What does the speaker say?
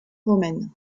romaine